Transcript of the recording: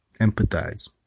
empathize